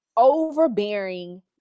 overbearing